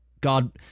god